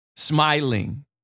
Smiling